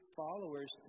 followers